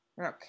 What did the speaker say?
Okay